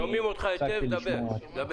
שומעים אותך היטב, דבר.